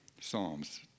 Psalms